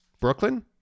Brooklyn